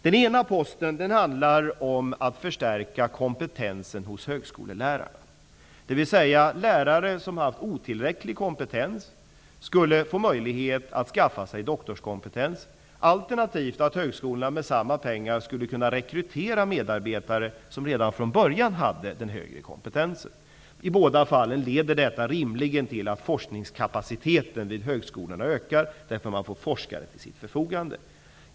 Den ena posten handlar om att förstärka kompetensen hos högskolelärarna, dvs. lärare som haft otillräcklig kompetens skulle få möjlighet att skaffa sig doktorskompetens, alternativt skulle högskolorna med samma pengar kunna rekrytera medarbetare som redan från början hade den högre kompetensen. I båda fallen leder detta rimligen till att forskningskapaciteten vid högskolorna ökar, därför att man får forskare till dessas förfogande.